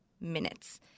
minutes